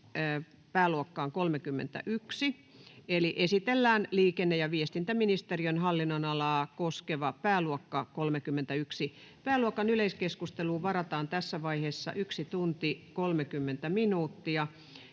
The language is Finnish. N/A Content: Esitellään liikenne- ja viestintäministeriön hallinnonalaa koskeva pääluokka 31. Pääluokan yleiskeskusteluun varataan tässä vaiheessa yksi tunti 30 minuuttia.